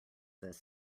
this